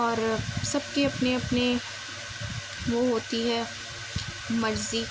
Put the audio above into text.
اور سب کے اپنے اپنے وہ ہوتی ہے مرضی